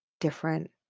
different